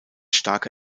starke